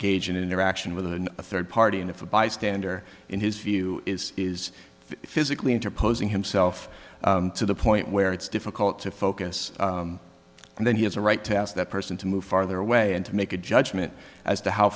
gauge an interaction with a third party and if a bystander in his view is is physically interposing himself to the point where it's difficult to focus and then he has a right to ask that person to move farther away and to make a judgment as to how